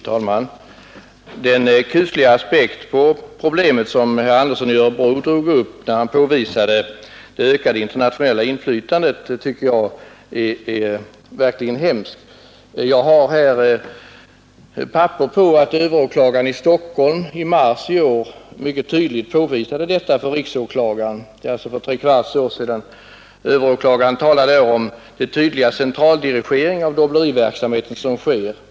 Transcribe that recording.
Fru talman! Den är en kuslig aspekt på problemet som herr Andersson i Örebro drar upp när han påvisar det ökade internationella inflytandet. Jag har här papper på att överåklagaren i Stockholm i mars i år, dvs. för tre kvarts år sedan, påvisade detta för riksåklagaren. Överåklagaren talar om den tydliga centraldirigering av dobbleriverksamheten som sker.